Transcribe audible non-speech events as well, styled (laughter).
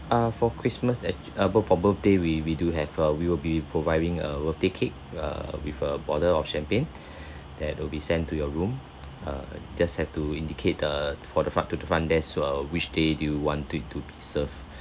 uh for christmas ac~ uh but for birthday we we do have uh we will be providing a birthday cake err with a bottle of champagne (breath) that will be sent to your room err just have to indicate err for the front to the front desk uh which day do you want it to be served